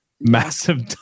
massive